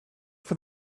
for